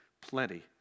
plenty